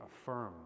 affirm